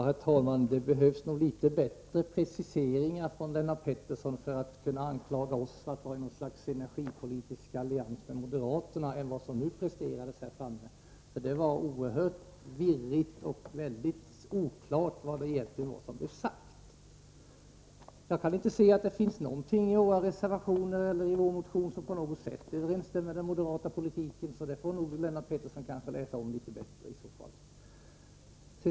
Herr talman! Det behövs nog litet bättre preciseringar från Lennart Pettersson än vad som nu presterades innan man kan anklaga oss för att vara i något slags energipolitisk allians med moderaterna. Det var oerhört virrigt, och det är mycket oklart vad som egentligen blev sagt. Jag kan inte se att det finns någonting i våra reservationer eller i vår motion som på något sätt överensstämmer med den moderata politiken. Där får nog Lennart Pettersson läsa litet noggrannare.